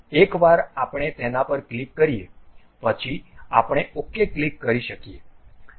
એકવાર આપણે તેના પર ક્લિક કરીએ પછી આપણે OK ક્લિક કરી શકીએ